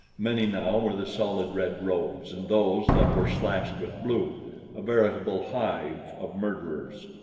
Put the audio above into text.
many now were the solid red robes and those that were slashed with blue a veritable hive of murderers.